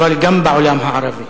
אבל גם בעולם הערבי.